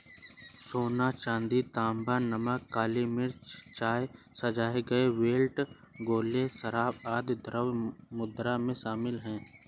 सोना, चांदी, तांबा, नमक, काली मिर्च, चाय, सजाए गए बेल्ट, गोले, शराब, आदि द्रव्य मुद्रा में शामिल हैं